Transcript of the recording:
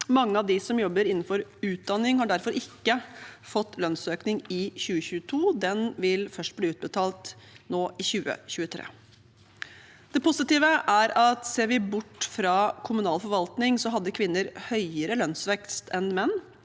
Mange av de som jobber innenfor utdanning, har derfor ikke fått lønnsøkning i 2022. Den vil først bli utbetalt nå i 2023. Det positive er at ser vi bort fra kommunal forvaltning, hadde kvinner høyere lønnsvekst enn menn